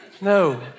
No